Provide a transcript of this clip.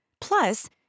Plus